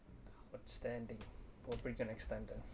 outstanding or break an extent of